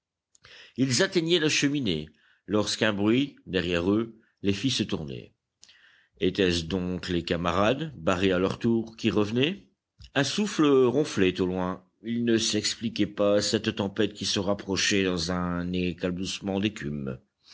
ils atteignaient la cheminée lorsqu'un bruit derrière eux les fit se tourner étaient-ce donc les camarades barrés à leur tour qui revenaient un souffle ronflait au loin ils ne s'expliquaient pas cette tempête qui se rapprochait dans un éclaboussement d'écume